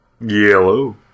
Yellow